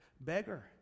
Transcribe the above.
beggar